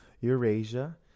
eurasia